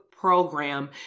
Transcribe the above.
Program